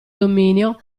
dominio